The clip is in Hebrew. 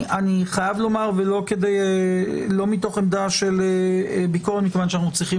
אני חייב לומר לא מתוך עמדה של ביקורת כי אנו צריכים